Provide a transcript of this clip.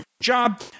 job